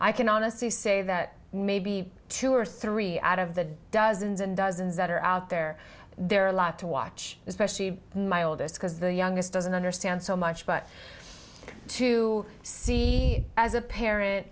i can honestly say that maybe two or three out of the dozen than dozen that are out there there are a lot to watch especially my oldest because the youngest doesn't understand so much but to see as a parent